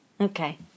Okay